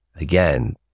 again